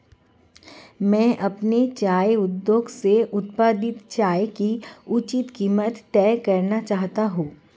मैं अपने चाय उद्योग से उत्पादित चाय की उचित कीमत तय करना चाहता हूं